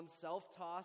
self-toss